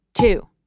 two